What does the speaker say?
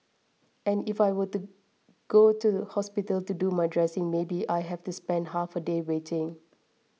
and if I would go to the hospital to do my dressing maybe I have to spend half a day waiting